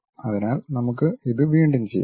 അതിനാൽ നമുക്ക് ഇത് വീണ്ടും ചെയ്യാം